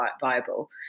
viable